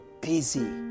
busy